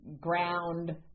ground